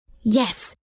Yes